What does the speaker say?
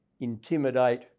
intimidate